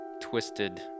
twisted